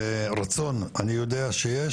ורצון אני יודע שיש.